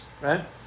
right